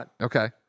okay